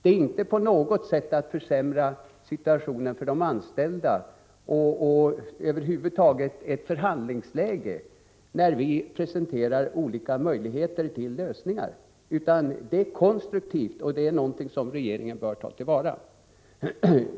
När vi presenterar olika möjligheter och lösningar innebär det inte på något sätt en försämrad situation för de anställda, och det stör inte heller några förhandlingar, utan det är konstruktivt och det är någonting som regeringen bör ta till vara.